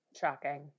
Shocking